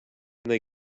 they